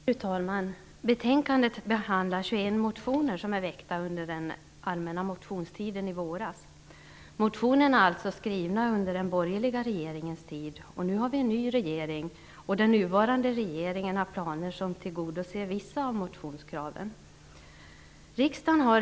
Fru talman! I betänkandet behandlas 21 motioner väckta under den allmänna motionstiden i våras. Motionerna är alltså skrivna under den borgerliga regeringens tid. Nu har vi en ny regering, och den nuvarande regeringen har planer som tillgodoser vissa av motionskraven.